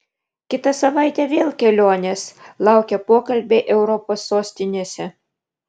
kitą savaitę vėl kelionės laukia pokalbiai europos sostinėse